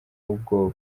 ubwoba